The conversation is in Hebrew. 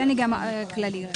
תן לי גם להסביר באופן כללי.